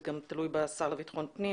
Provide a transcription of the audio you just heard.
זה גם תלוי בשר לביטחון פנים